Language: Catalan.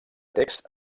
text